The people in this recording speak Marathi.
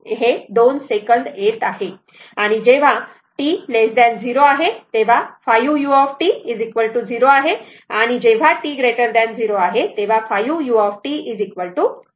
आणि जेव्हा t 0 आहे तेव्हा 5 u 0 आहे आणि ते जेव्हा t 0 आहे तेव्हा 5 u 5 आहे